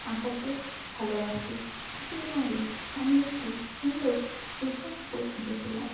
আঁকাতে ভালোবাসি কিছু দিন আগে আমি একটি সুন্দর কৃষ্ণ ঠাকুর এঁকেছিলাম